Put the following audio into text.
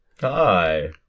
hi